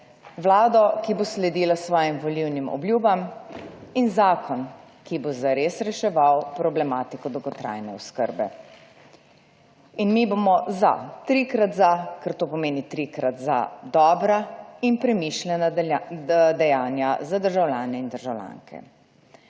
vlado, ki bo sledila svojim volilnim obljubam in zakon, ki bo zares reševal problematiko dolgotrajne oskrbe. In mi bomo za, trikrat za, ker to pomeni trikrat za dobra in premišljena dejanja za državljane in državljanke.